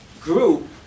group